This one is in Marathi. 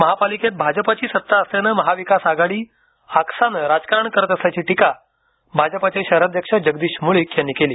महापालिकेत भाजपाची सत्ता असल्याने महाविकास आघाडी आकसाने राजकारण करत असल्याची टीका भाजपाचे शहराध्यक्ष जगदीश मुळीक यांनी केली